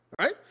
right